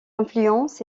influence